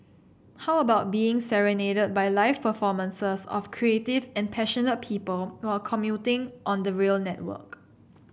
how about being serenaded by live performances of creative and passionate people while commuting on the rail network